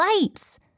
lights